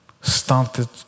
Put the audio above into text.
started